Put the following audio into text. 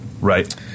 right